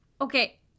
Okay